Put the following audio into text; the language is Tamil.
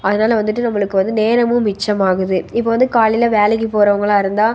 அதனால் வந்துட்டு நம்மளுக்கு வந்து நேரமும் மிச்சமாகுது இப்போ வந்து காலையில் வேலைக்கு போகிறவங்களா இருந்தால்